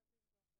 התשע"ט.